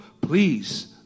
Please